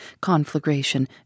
conflagration